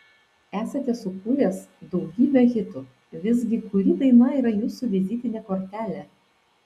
esate sukūręs daugybę hitų visgi kuri daina yra jūsų vizitinė kortelė